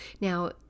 Now